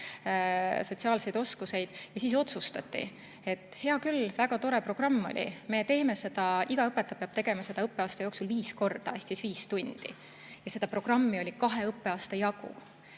sotsiaalseid oskusi, ja siis otsustati, et hea küll, väga tore programm oli, me teeme seda, iga õpetaja peab tegema seda õppeaasta jooksul viis korda ehk siis viis tundi. Ja seda programmi oli kahe õppeaasta jagu!